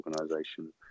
organisation